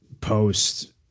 post –